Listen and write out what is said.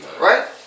Right